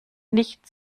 nicht